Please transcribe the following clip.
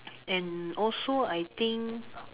and also I think